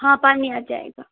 हाँ पानी आ जाएगा